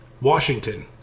Washington